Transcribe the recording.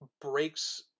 breaks